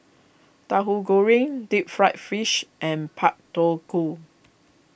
Tahu Goreng Deep Fried Fish and Pak Thong Ko